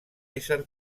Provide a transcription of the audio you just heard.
ésser